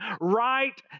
right